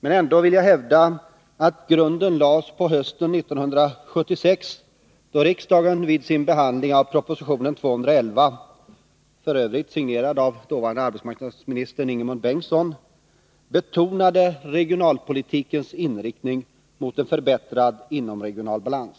Men jag vill ändå hävda att grunden lades på hösten 1976, då riksdagen vid sin behandling av proposition 1975/76:211 — f.ö. signerad av dåvarande arbetsmarknadsministern Ingemund Bengtsson — betonade regionalpolitikens inriktning mot en förbättrad inomregional balans.